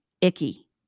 icky